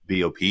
BOP